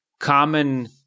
common